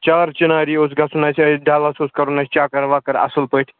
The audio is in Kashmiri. چار چِناری اوس گژھُن اَسہِ ڈَلَس اوس کَرُن اَسہِ چَکَر وَکَر اَصٕل پٲٹھۍ